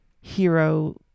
hero